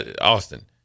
Austin